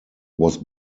was